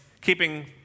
keeping